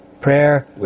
prayer